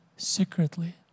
secretly